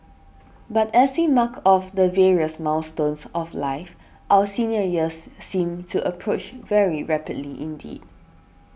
but as we mark off the various milestones of life our senior years seem to approach very rapidly indeed